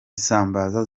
isambaza